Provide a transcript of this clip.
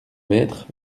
maîtres